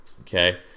okay